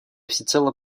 всецело